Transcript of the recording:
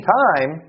time